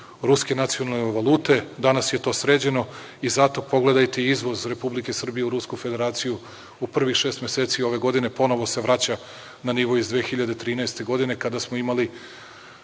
ruske nacionalne valute, danas je to sređeno i zato pogledajte izvoz Republike Srbije u Rusku federaciju u prvih šest meseci ove godine. Ponovo se vraća na nivo iz 2013. godine kada smo imali